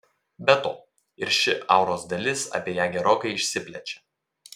be to ir ši auros dalis apie ją gerokai išsiplečia